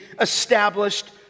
established